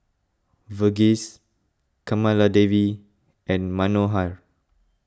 Verghese Kamaladevi and Manohar